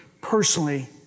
personally